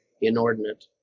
inordinate